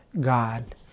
God